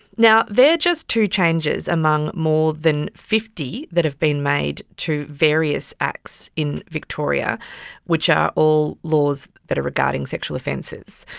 now, they are just two changes among more than fifty that have been made to various acts in victoria which are all laws that are regarding sexual offences.